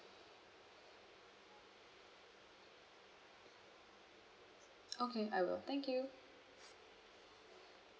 okay I will thank you